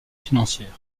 financières